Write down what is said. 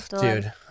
Dude